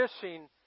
fishing